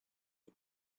was